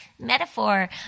metaphor